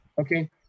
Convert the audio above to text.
Okay